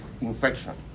infection